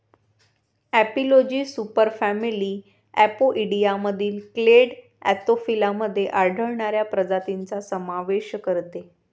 एपिलॉजी सुपरफॅमिली अपोइडियामधील clade Anthophila मध्ये आढळणाऱ्या प्रजातींचा समावेश करते